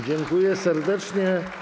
Dziękuję serdecznie.